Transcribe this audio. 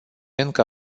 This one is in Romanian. încă